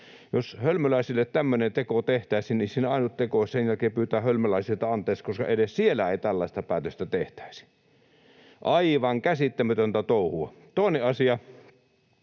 Jos hölmöläisille tämmöinen teko tehtäisiin, niin siinä ainut teko olisi sen jälkeen pyytää hölmöläisiltä anteeksi, koska edes siellä ei tällaista päätöstä tehtäisi — aivan käsittämätöntä touhua. Toinen asia: